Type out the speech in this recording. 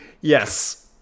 Yes